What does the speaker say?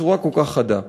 בצורה כל כך חדה.